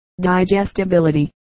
digestibility